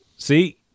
See